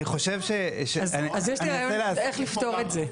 יש לי רעיון איך לפתור את זה,